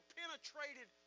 penetrated